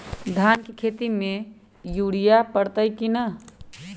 धान के खेती में यूरिया परतइ कि न?